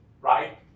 right